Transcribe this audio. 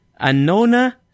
Anona